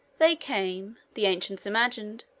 they came, the ancients imagined,